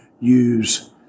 use